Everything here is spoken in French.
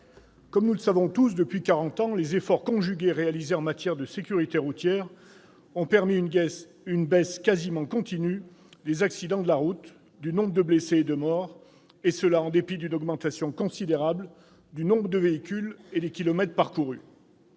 comme nous le savons tous, depuis quarante ans, les efforts conjugués réalisés en matière de sécurité routière ont permis une baisse quasi continue des accidents de la route, du nombre de blessés et de morts, et ce en dépit d'une augmentation considérable du nombre de véhicules et des kilomètres parcourus.